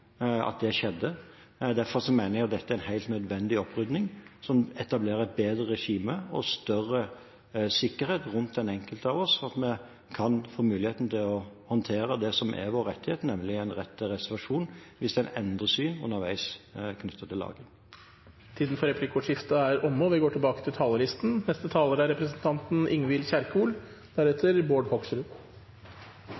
at det skjedde. Derfor mener jeg at dette er en helt nødvendig opprydding som etablerer et bedre regime og større sikkerhet rundt den enkelte av oss, slik at vi kan få muligheten til å håndtere det som er vår rettighet, nemlig en rett til reservasjon hvis en endrer syn på lagring underveis. Replikkordskiftet er dermed omme. Regjeringen foreslår endringer i behandlingsbiobankloven. Jeg mener at saken er